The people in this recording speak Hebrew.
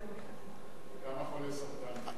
כמה חולי סרטן קיבלו?